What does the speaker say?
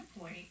point